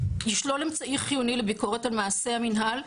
ישלול אמצעי חיוני לביקורת על מעשה המנהל,